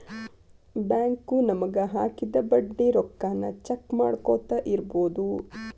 bank ನಮಗ ಹಾಕಿದ ಬಡ್ಡಿ ರೊಕ್ಕಾನ ಚೆಕ್ ಮಾಡ್ಕೊತ್ ಇರ್ಬೊದು